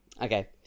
okay